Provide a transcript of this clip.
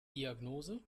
diagnose